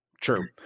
True